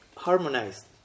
Harmonized